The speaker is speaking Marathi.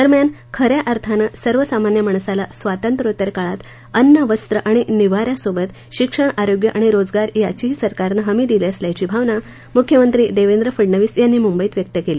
दरम्यान खन्या अर्थानं सर्वसामान्य माणसाला स्वातंत्र्योत्तर काळात अन्न वस्त्र आणि निवाऱ्यासोबत शिक्षण आरोग्य आणि रोजगार याचीही सरकारनं हमी दिली असल्याची भावना मुख्यमंत्री देवेंद्र फडणवीस यांनी मुंबईत व्यक्त केली